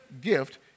gift